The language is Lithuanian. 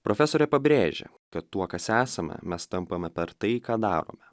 profesorė pabrėžė kad tuo kas esame mes tampame per tai ką darome